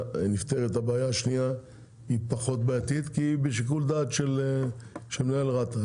הבעיה השנייה פחות בעייתית כי היא לשיקול דעתו של מנהל רת"א.